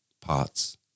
parts